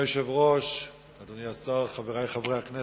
אדוני היושב-ראש, אדוני השר, חברי חברי הכנסת,